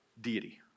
deity